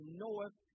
knoweth